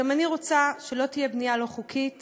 גם אני רוצה שלא תהיה בנייה לא חוקית